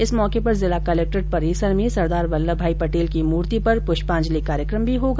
इस मौके पर जिला कलेक्ट्रेट परिसर स्थित सरदार वल्लभ भाई पटेल की मूर्ति पर प्रष्यांजलि कार्यक्रम भी होगा